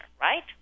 right